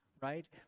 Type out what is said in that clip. right